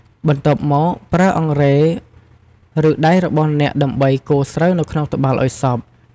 បន្ទាប់មក ប្រើអង្រែ ឬដៃរបស់អ្នកដើម្បីកូរស្រូវនៅក្នុងត្បាល់ឱ្យសព្វ។